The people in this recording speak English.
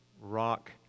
rock